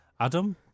Adam